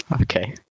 Okay